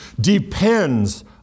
depends